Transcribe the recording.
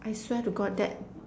I swear to god that